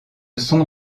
sont